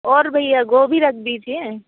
और भैया गोभी रख दीजिए